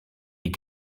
die